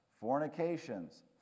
fornications